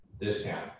discount